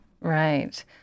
Right